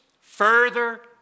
further